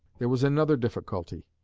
there was another difficulty.